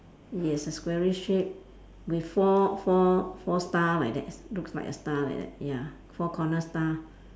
yes the squarish shape with four four four star like that looks like a star like that ya four corner star